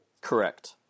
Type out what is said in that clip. Correct